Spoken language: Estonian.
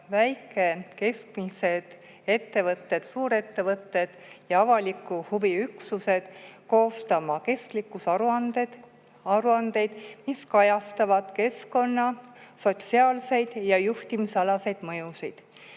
väike-, keskmised ettevõtted, suurettevõtted ja avaliku huvi üksused koostama kestlikkusaruandeid, mis kajastavad keskkonna-, sotsiaalseid ja juhtimisalaseid mõjusid.